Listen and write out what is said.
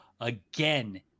again